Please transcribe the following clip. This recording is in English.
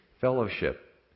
fellowship